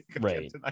right